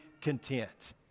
content